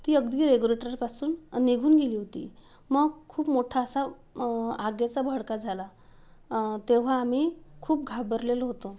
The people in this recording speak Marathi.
ती अगदी रेग्युलेटरपासून निघून गेली होती मग खूप मोठा असा आगीचा भडका झाला तेव्हा आम्ही खूप घाबरलेलो होतो